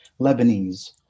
Lebanese